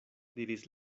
diris